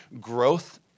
growth